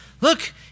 Look